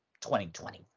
2020